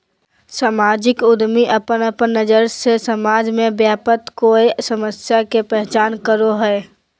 सामाजिक उद्यमी अपन अपन नज़र से समाज में व्याप्त कोय समस्या के पहचान करो हइ